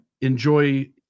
enjoy